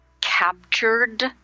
captured